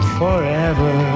forever